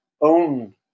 own